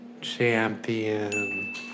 Champion